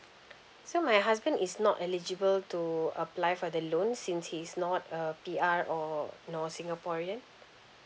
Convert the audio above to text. so my husband is not eligible to apply for the loan since he's not a P_R or no singaporean